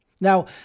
Now